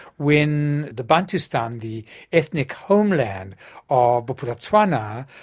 when the bantustan, the ethnic homeland of bophuthatswana,